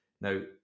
Now